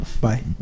Bye